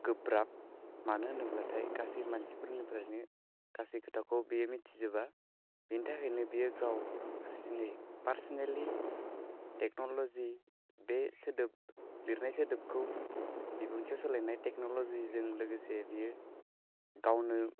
गोब्राब मानो होनोब्लाथाय मानसिफोरनिफ्रायनो गासै खोथाखौ बेयो मिथिजोबा बिनि थाखायनो बियो गाव हारसिङै पार्सनेलि टेक्न'ल'जि बे सोदोब लिरनाय सोदोबखौ बिबुंथिआव सोलायनाय टेक्न'ल'जिजों लोगोसे बेयो गावनो